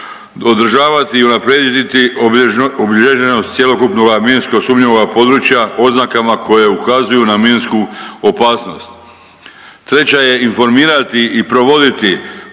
održavati i unaprijediti obilježenost cjelokupnoga minskog sumnjivog područja oznakama koje ukazuju na minsku opasnost. Treća je informirati i provoditi programe